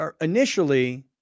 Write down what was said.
initially